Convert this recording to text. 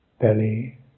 Belly